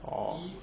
orh